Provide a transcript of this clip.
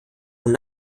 und